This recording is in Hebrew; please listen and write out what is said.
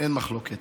אין מחלוקת.